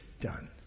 done